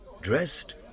dressed